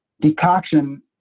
Decoction